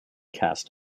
cast